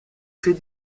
très